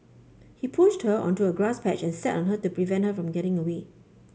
he pushed her onto a grass patch and sat on her to prevent her from getting away